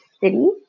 city